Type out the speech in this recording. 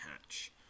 hatch